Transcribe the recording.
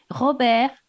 Robert